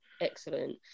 Excellent